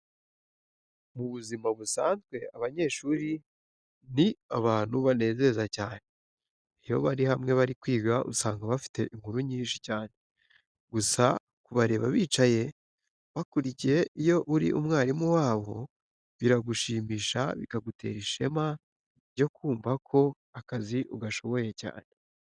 Mu buzima busanzwe abanyeshuri ni abantu banezeza cyane, iyo bari hamwe bari kwiga usanga bafite inkuru nyinshi cyane. Gusa kubareba bicaye, bakurikiye, iyo uri umwarimu wabo biragushimisha bikagutera ishema ryo kumva ko akazi ugashoboye cyane.